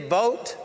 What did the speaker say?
vote